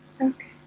okay